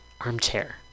armchair